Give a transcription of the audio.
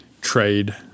trade